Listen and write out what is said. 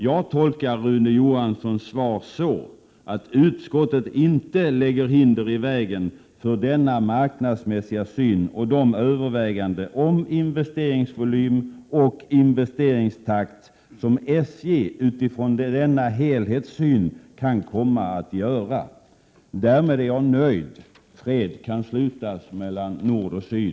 Jag tolkar Rune Johanssons svar på det sättet att utskottet inte En framtidsinriktad lägger hinder i vägen för denna marknadsmässiga syn och de överväganden om investeringsvolym och investeringstakt som SJ utifrån denna helhetssyn kan komma att göra. Därmed är jag nöjd. Fred kan slutas mellan nord och syd.